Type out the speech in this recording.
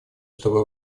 чтобы